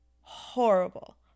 horrible